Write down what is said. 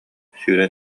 сүүрэн